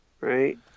right